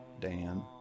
Dan